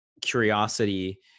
curiosity